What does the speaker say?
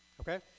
okay